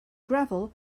gravel